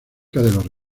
los